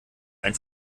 ein